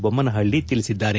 ಬೊಮ್ಮನಹಳ್ಳಿ ತಿಳಿಸಿದ್ದಾರೆ